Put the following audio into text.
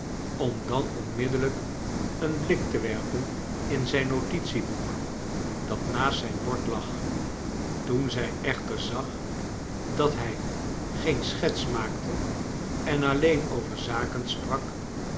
om dan onmiddellijk een blik te werpen in zijn notitieboek dat naast zijn bord lag toen zij eehter zag dat hij geen schets maakte en a'lleen over zaken sprak